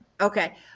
okay